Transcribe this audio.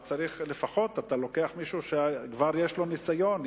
לפחות אתה לוקח מישהו שיש לו ניסיון,